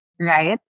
right